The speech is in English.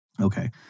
Okay